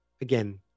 Again